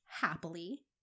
happily